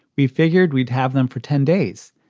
we figured we'd have them for ten days.